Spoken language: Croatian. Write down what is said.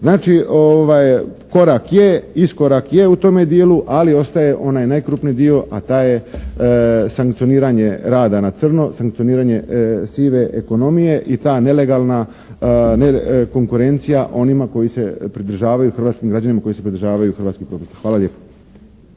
Znači korak je, iskorak je u tome dijelu, ali ostaje onaj najkrupniji dio, a taj je sankcioniranje rada na crno, sankcioniranje sive ekonomije i ta nelegalna konkurencija onima koji se pridržavaju hrvatskim građanima, koji se pridržavaju hrvatskim poduzetnicima. Hvala lijepo.